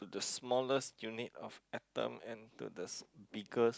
the smallest unit of atom and to the s~ biggest